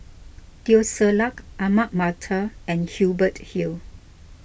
Teo Ser Luck Ahmad Mattar and Hubert Hill